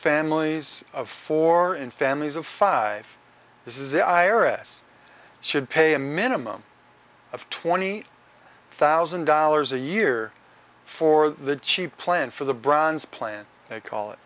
families of four in families of five this is the iris should pay a minimum of twenty thousand dollars a year for the cheap plan for the bronze plan they call it